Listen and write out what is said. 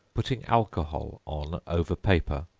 putting alcohol on over paper,